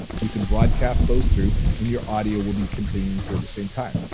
you can broadcast those through and your audio will be continuing through at the same time.